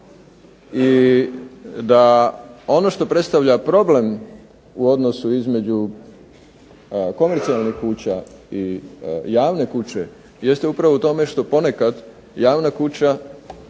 I da ono što predstavlja problem u odnosu između komercijalnih kuća i javne kuće jeste upravo u tome što ponekad javna kuća,